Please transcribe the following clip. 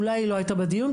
אולי היא לא היתה בדיון,